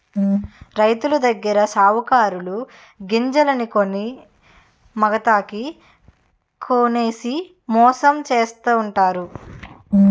రైతులదగ్గర సావుకారులు గింజల్ని మాగతాకి కొనేసి మోసం చేస్తావుంటారు